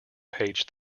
page